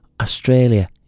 australia